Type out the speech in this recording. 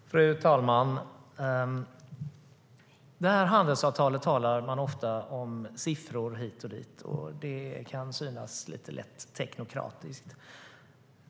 Fru talman! Man talar ofta om siffror hit och dit i handelsavtalet. Det kan synas lite lätt teknokratiskt.